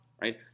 right